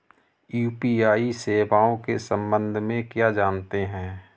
UPI सेवाओं के संबंध में क्या जानते हैं?